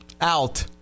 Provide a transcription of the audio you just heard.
out